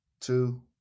two